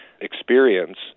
experience